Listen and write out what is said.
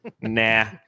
Nah